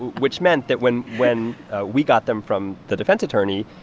which meant that when when we got them from the defense attorney,